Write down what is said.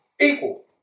equal